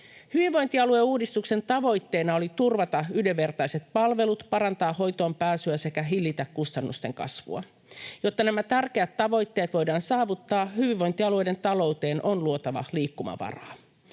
Hyvinvointialueuudistuksen tavoitteena oli turvata yhdenvertaiset palvelut, parantaa hoitoon pääsyä sekä hillitä kustannusten kasvua. Jotta nämä tärkeät tavoitteet voidaan saavuttaa, hyvinvointialueiden talouteen on luotava liikkumavaraa.